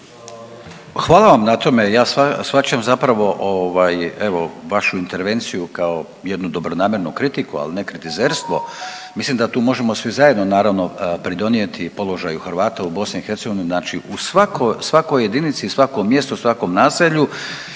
Hvala na tome. Ja shvaćam zapravo evo vašu intervenciju kao evo jednu dobronamjernu kritiku, ali ne kritizerstvo. Mislim da tu možemo svi zajedno naravno pridonijeti položaju Hrvata u BiH, znači u svakoj jedinici i svakom mjestu, svakom naselju